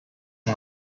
one